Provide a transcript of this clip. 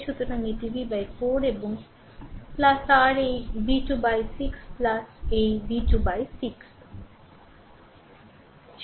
সুতরাং এটি v 4 এবং r এই v2 বাই 6 এই v2 বাই 6